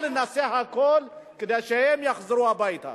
אבל נעשה הכול כדי שהם יחזרו הביתה.